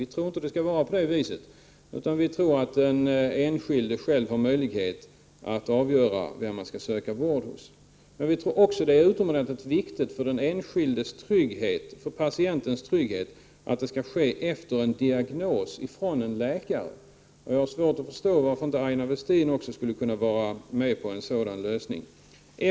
Vi tycker inte att det skall vara på det viset, utan vi tror att den enskilde själv kan avgöra vem han skall söka vård hos. Vi tror också att det är utomordentligt viktigt för den enskildes trygghet, för patientens trygghet, att behandling sker efter diagnos från en läkare. Jag har svårt att förstå varför inte Aina Westin också skulle kunna vara med på en sådan lösning.